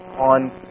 on